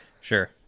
Sure